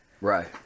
right